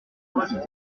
aussitôt